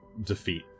defeat